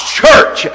church